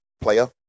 player